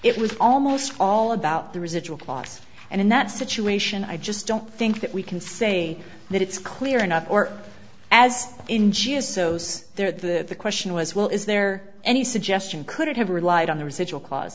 it was almost all about the residual clause and in that situation i just don't think that we can say that it's clear enough or as in just so's there the question was well is there any suggestion could it have relied on the residual cla